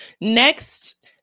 next